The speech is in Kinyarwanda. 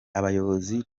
abayobozi